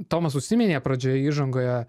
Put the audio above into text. tomas užsiminė pradžioje įžangoje